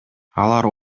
алар